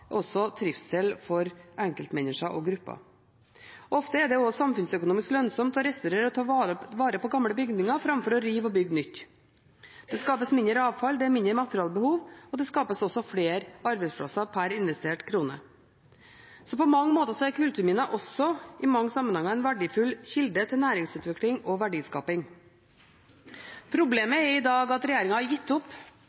trivsel for enkeltmennesker og grupper. Ofte er det også samfunnsøkonomisk lønnsomt å restaurere og ta vare på gamle bygninger framfor å rive og bygge nytt. Det skapes mindre avfall, det er mindre materialbehov, og det skapes også flere arbeidsplasser per investerte krone. I mange sammenhenger er kulturminner på mange måter også en verdifull kilde til næringsutvikling og verdiskaping. Problemet